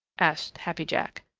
asked happy jack.